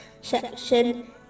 section